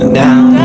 down